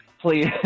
please